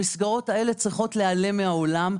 המסגרות האלה צריכות להיעלם מהעולם.